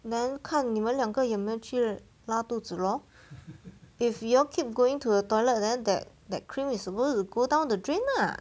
then 看你们两个有没有去拉肚子 lor if you all keep going to the toilet then that that cream is supposed to go down the drain ah